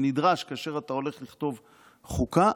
שנדרש כאשר אתה הולך לכתוב חוקה.